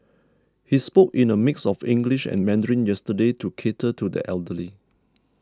he spoke in a mix of English and Mandarin yesterday to cater to the elderly